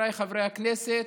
חבריי חברי הכנסת,